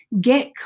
Get